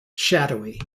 shadowy